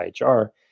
IHR